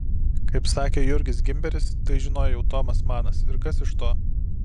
kaip sakė jurgis gimberis tai žinojo jau tomas manas ir kas iš to